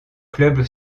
club